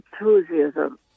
enthusiasm